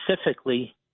specifically